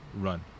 run